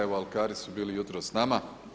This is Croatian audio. Evo alkari su bili jutros s nama.